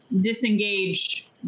disengage